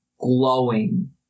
glowing